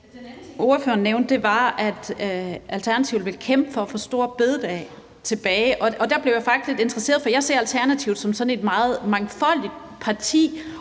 Den anden ting, ordføreren nævnte, var, at Alternativet vil kæmpe for at få store bededag tilbage. Der blev jeg faktisk lidt interesseret, for jeg ser Alternativet som sådan et meget mangfoldigt parti,